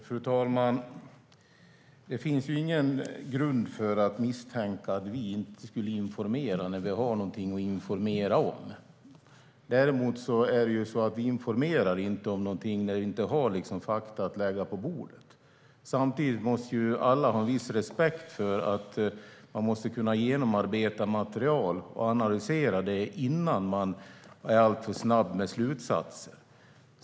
Fru talman! Det finns ingen grund för att misstänka att vi inte skulle informera när vi har någonting att informera om. Däremot informerar vi inte när vi inte har fakta att lägga på bordet. Alla måste ha viss respekt för att man måste genomarbeta material och analysera det innan man är alltför snabb med slutsatser.